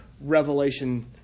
Revelation